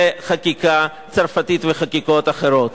לחקיקה צרפתית ולחקיקות אחרות.